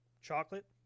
chocolate